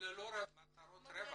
אבל גוף ללא מטרות רווח.